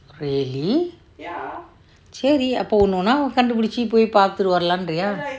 really சரி அப்போ ஒன்னு ஒன்னா கண்டுபிடிச்சு போய் பாத்துட்டு வரலாம்ங்குரியா:seri appo onnu onnaa andupidichu pooi paathutu varalaamngriya